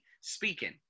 Speaking